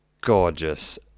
gorgeous